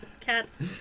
Cats